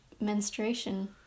menstruation